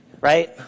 Right